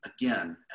again